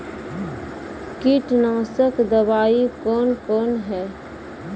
कीटनासक दवाई कौन कौन हैं?